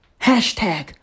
Hashtag